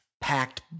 packed